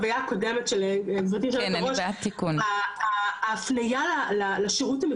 ההפניה לשירות המקוון של צפייה בנתוני פיקדון נמצאת,